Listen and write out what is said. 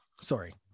Sorry